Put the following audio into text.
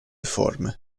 forme